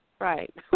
Right